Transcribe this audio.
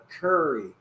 Curry